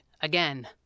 again